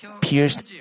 pierced